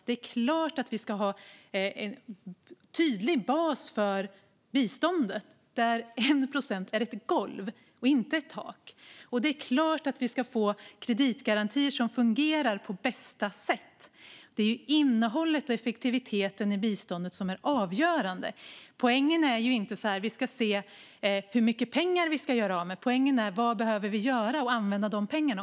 Det är klart att vi ska ha en tydlig bas för biståndet, där 1 procent är ett golv och inte ett tak, och det är klart att vi ska få kreditgarantier som fungerar på bästa sätt. Det är ju innehållet och effektiviteten i biståndet som är avgörande. Poängen är inte att vi ska se hur mycket pengar vi ska göra av med. Poängen är vad vi behöver göra och använda pengarna till.